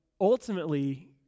ultimately